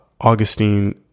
Augustine